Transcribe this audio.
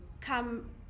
come